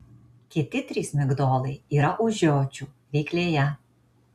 kiti trys migdolai yra už žiočių ryklėje